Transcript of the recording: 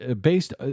based